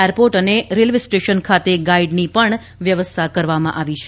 airport અને railway station ખાતે ગાઇડની પણ વ્યવસ્થા કરવામાં આવી છે